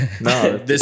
No